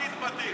אל תתבטל.